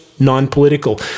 Non-political